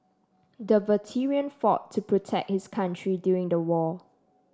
the veteran fought to protect his country during the war